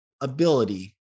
ability